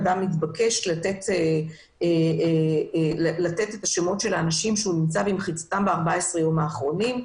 אדם מתבקש לתת את שמות האנשים ששהה במחיצתם ב-14 ימים האחרונים.